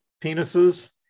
penises